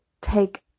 take